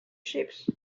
ships